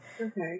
Okay